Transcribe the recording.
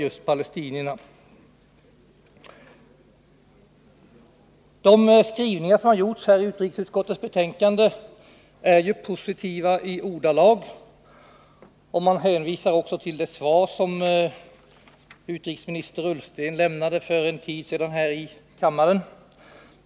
Utskottets skrivning i betänkandet är positiv i ordalagen. Utskottet hänvisar till det svar som utrikesminister Ullsten lämnade för en tid sedan här i kammaren.